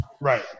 Right